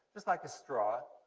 just like a straw,